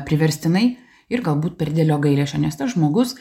priverstinai ir galbūt per didelio gailesčio nes tas žmogus